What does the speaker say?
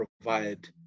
provide